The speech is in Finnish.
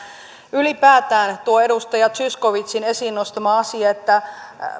ylipäätään tuo edustaja zyskowiczin esiin nostama asia